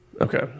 Okay